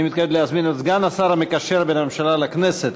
אני מתכבד להזמין את סגן השר המקשר בין הממשלה לכנסת,